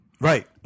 Right